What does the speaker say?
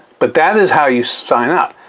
but that is how you sign up.